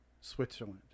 Switzerland